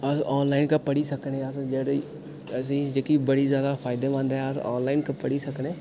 अस आनलाइन गै पढ़ी सकने जेह्दी असें जेह्की बड़ी ज्यादा फायदेमंद ऐ अस आनलाइन पढ़ी सकनें